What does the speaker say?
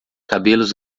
cabelos